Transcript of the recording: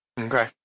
Okay